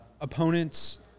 opponents